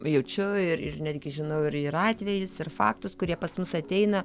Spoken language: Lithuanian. jaučiu ir ir netgi žinau ir ir atvejus ir faktus kurie pas mus ateina